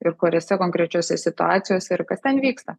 ir kuriose konkrečiose situacijose ir kas ten vyksta